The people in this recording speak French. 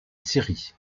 syrie